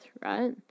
right